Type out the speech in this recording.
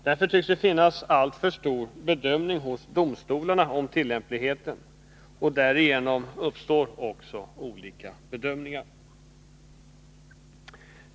Det tycks hos domstolarna finnas olika uppfattningar om tillämpligheten, och därigenom uppstår olika bedömningar.